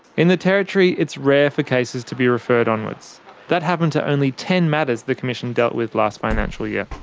in the territory, it's rare for cases to be referred onwards that happened to only ten matters the commission dealt with last financial year.